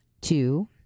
Two